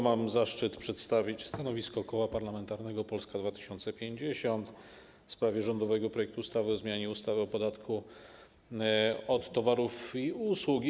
Mam zaszczyt przedstawić stanowisko Koła Parlamentarnego Polska 2050 w sprawie rządowego projektu ustawy o zmianie ustawy o podatku od towarów i usług.